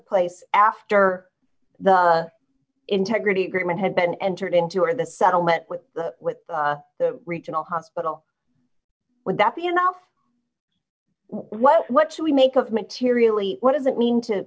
place after the integrity agreement had been entered into or the settlement with the regional hospital would that be enough what what should we make of materially what does it mean to